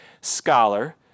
scholar